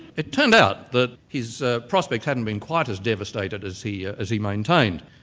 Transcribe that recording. it turned out that his ah prospects hadn't been quite as devastated as he yeah as he maintained.